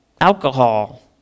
alcohol